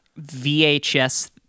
VHS